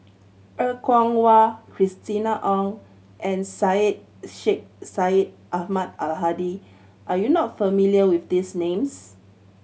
Er Kwong Wah Christina Ong and Syed Sheikh Syed Ahmad Al Hadi are you not familiar with these names